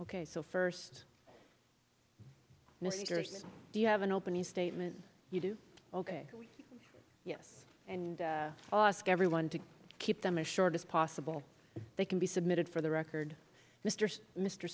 ok so first do you have an opening statement you do ok yes and i'll ask everyone to keep them as short as possible they can be submitted for the record mr mr